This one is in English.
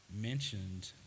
mentioned